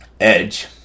Edge